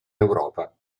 europa